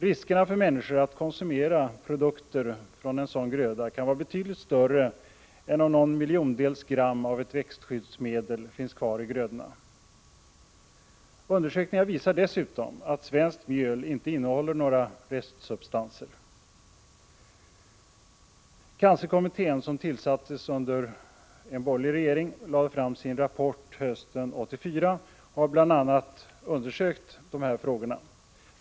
Riskerna för människor att konsumera produkter från en sådan gröda kan vara betydligt större än om någon miljondels gram av ett växtskyddsmedel finns kvar i grödorna. Undersökningar visar dessutom att svenskt mjöl inte innehåller några restsubstanser. Cancerkommittén, som tillsattes under en borgerlig regering och lade fram sin rapport hösten 1984, har bl.a. undersökt dessa frågor.